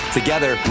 together